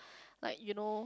like you know